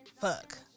fuck